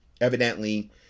evidently